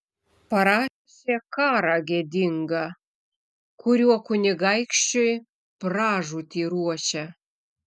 parašė karą gėdingą kuriuo kunigaikščiui pražūtį ruošia